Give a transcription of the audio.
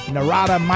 Narada